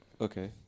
Okay